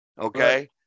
Okay